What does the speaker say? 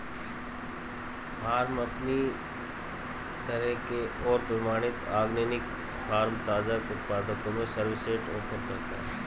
farm अपनी तरह के और प्रमाणित ऑर्गेनिक फ़ार्म ताज़ा उत्पादों में सर्वश्रेष्ठ ऑफ़र करते है